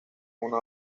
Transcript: una